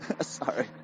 Sorry